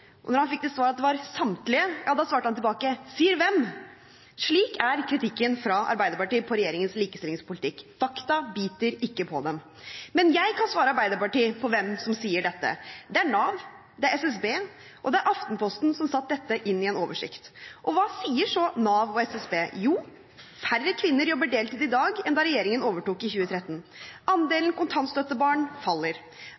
Og da han fikk til svar at det var samtlige, svarte han tilbake: Sier hvem? Slik er kritikken fra Arbeiderpartiet mot regjeringens likestillingspolitikk. Fakta biter ikke på dem. Men jeg kan svare Arbeiderpartiet på hvem som sier dette: Det er Nav, det er SSB, og det er Aftenposten, som satte dette inn i en oversikt. Og hva sier så Nav og SSB? Jo: Færre kvinner jobber deltid i dag enn da regjeringen overtok i 2013,